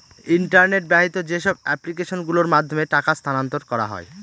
internet বাহিত যেসব application গুলোর মাধ্যমে টাকা স্থানান্তর করা হয়